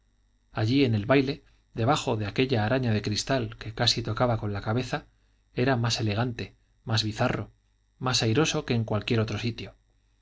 allí en el baile debajo de aquella araña de cristal que casi tocaba con la cabeza era más elegante más bizarro más airoso que en cualquier otro sitio